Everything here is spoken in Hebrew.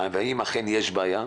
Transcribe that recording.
והאם אכן יש בעיה.